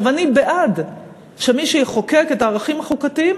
אני בעד שמי שיחוקק את הערכים החוקתיים